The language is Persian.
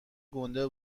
گنده